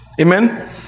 Amen